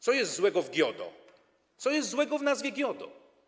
Co jest złego w GIODO, co jest złego w nazwie GIODO?